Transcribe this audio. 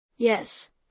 Yes